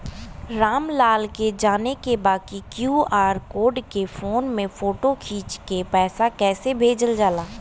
राम लाल के जाने के बा की क्यू.आर कोड के फोन में फोटो खींच के पैसा कैसे भेजे जाला?